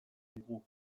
digu